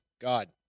God